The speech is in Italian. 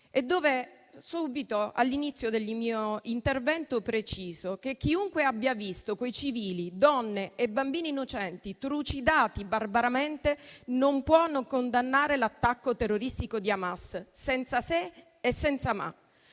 comunicazioni. All'inizio del mio intervento preciso, infatti, che chiunque abbia visto quei civili, donne e bambini innocenti, trucidati barbaramente non può non condannare l'attacco terroristico di Hamas, senza se e senza ma.